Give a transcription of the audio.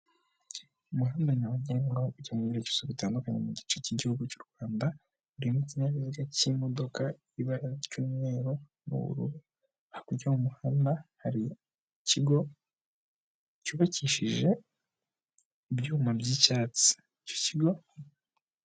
Umuhanda nyabagendwa ikimenyetso bitandukanye mu gice cy'igihugu cy'u Rwanda biri mu kinyabiziga cy'imodoka ibara ry'umweru n'ubururu hakurya y'umuhanda hari ikigo cyubakishije ibyuma by'icyatsi icyo kigo.